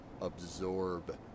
absorb